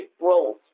roles